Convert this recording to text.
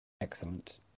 Excellent